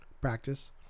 Practice